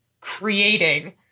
creating